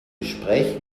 gespräch